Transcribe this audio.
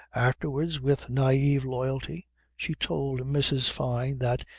afterwards with naive loyalty she told mrs. fyne that,